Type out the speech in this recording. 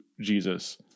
Jesus